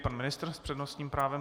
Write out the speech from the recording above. Pan ministr s přednostním právem.